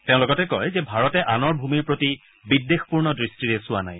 তেওঁ লগতে কয় যে ভাৰতে আনৰ ভূমিৰ প্ৰতি বিদ্বেষপূৰ্ণ দৃষ্টিৰে চোৱা নাই